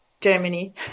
Germany